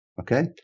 okay